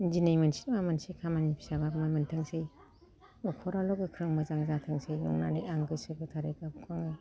दिनै मोनसे नङा मोनसे खामानि फिसाबाबो मोनथोंसै नखराल' गोख्रों मोजां जाथोंसै नंनानै आं गोसो गोथारै गाबखाङो